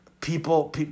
people